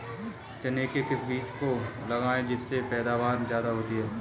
चने के किस बीज को लगाएँ जिससे पैदावार ज्यादा हो?